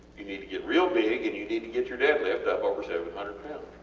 you need to get real big and you need to get your deadlift up over seven hundred lbs